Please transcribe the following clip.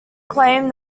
claimed